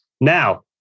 Now